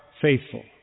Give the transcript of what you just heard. faithful